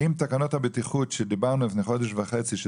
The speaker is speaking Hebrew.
אני רוצה לדעת אם תקנות הבטיחות שלפני חודש וחצי דיברנו על כך